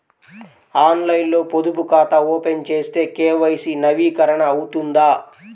ఆన్లైన్లో పొదుపు ఖాతా ఓపెన్ చేస్తే కే.వై.సి నవీకరణ అవుతుందా?